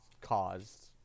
caused